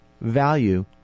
value